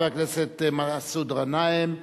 חבר הכנסת מסעוד גנאים,